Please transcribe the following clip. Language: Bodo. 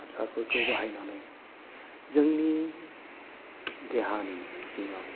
हासारफोरखौ बाहायनानै जोंनि देहानि सिङाव